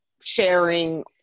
sharing